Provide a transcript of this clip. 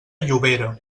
llobera